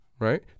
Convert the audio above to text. right